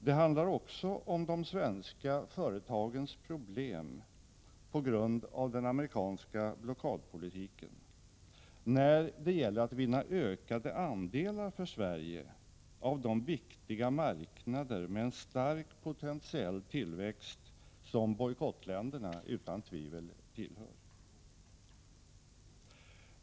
Det handlar också om de svenska företagens problem på grund av den amerikanska blockadpolitiken när det gäller att vinna ökade andelar för Sverige av de viktiga marknader med en stark potentiell tillväxt som bojkottländerna utan tvivel utgör.